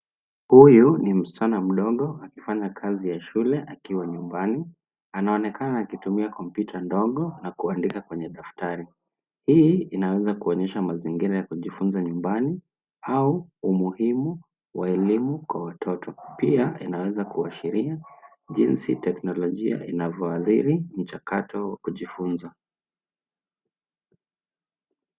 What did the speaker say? Huyu ni msichana mdogo akifanya kazi ya shule, akiwa nyumbani. Anaonekana akitumia kompyuta ndogo na kuandika kwenye daftari. Hii inaweza kuonyesha mazingira ya kujifunza nyumbani, au muhimu wa elimu Kwa watoto. Pia inaweza kuashiria jinsi teknolojia inavyoadhiri mchakato wa kujifunza.